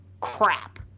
crap